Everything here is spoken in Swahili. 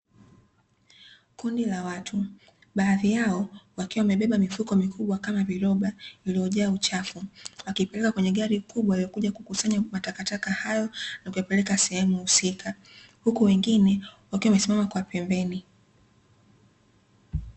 Kundi la watu baadhi yao wakiwa wamebeba mifuko mikubwa kama viroba vilivyojaa uchafu wakipeleka kwenye gari kubwa lililo kuja kukisanya matakataka hayo na kupeleka sehemu husika . Huku wengine wakiwa wamesimama kwa pembeni .